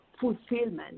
Fulfillment